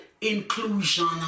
inclusion